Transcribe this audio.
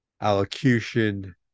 allocution